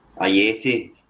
Ayeti